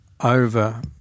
over